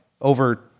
over